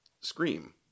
Scream